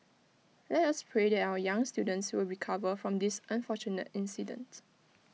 let us pray that our young students will recover from this unfortunate incident